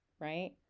right